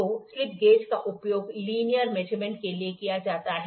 तो slip gauge का उपयोग लिनियर मेजरमेंट के लिए किया जाता है